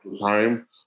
time